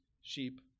sheep